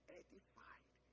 edified